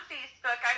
Facebook